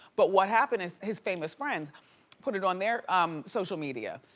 but what happened is his famous friends put it on their um social media.